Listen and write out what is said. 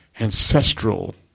ancestral